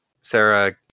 Sarah